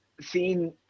seeing